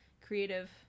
creative